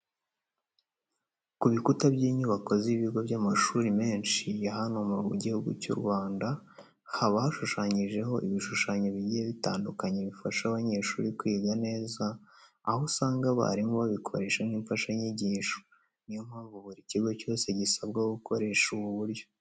Ku bikuta by'inyubako z'ibigo by'amashuri menshi ya hano mu gihugu cy'u Rwanda, haba hashushanyije ibishushanyo bigiye bitandukanye, bifasha abanyeshuri kwiga neza, aho usanga abarimu babikoresha nk'imfashanyigisho. Niyo mpamvu, buri kigo cyose gisabwa gukoresha ubu buryo.